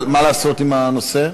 מה לעשות עם הנושא?